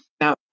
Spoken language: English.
Now